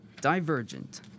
Divergent